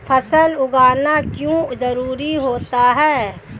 फसल उगाना क्यों जरूरी होता है?